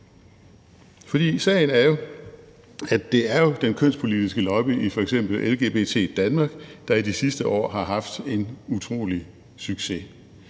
Sagen er, at det jo er den kønspolitiske lobby i f.eks. LGBT i Danmark, der i de sidste år har haft en utrolig succes.